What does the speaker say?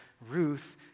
Ruth